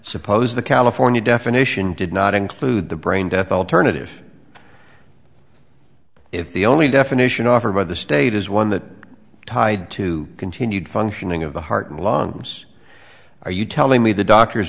suppose the california definition did not include the brain death alternative if the only definition offered by the state is one that tied to continued functioning of the heart and lungs are you telling me the doctors